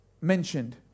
mentioned